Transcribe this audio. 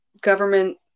government